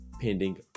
pending